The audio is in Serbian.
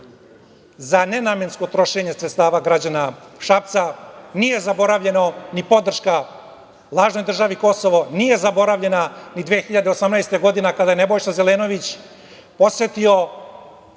za nenamensko trošenje sredstava građana Šapca. Nije zaboravljena ni podrška lažnoj državi Kosovo. Nije zaboravljena ni 2018. godina kada je Nebojša Zelenović posetio